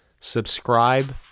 subscribe